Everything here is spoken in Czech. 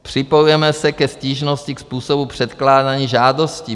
Připojujeme se ke stížnosti ke způsobu předkládání žádostí.